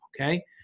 okay